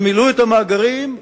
שמילאו את המאגרים,